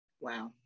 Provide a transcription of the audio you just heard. Wow